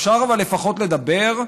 אפשר אבל לפחות לדבר,